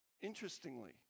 interestingly